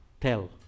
tell